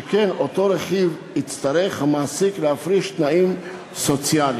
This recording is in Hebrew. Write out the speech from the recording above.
שכן על אותו רכיב יצטרך המעסיק להפריש תנאים סוציאליים.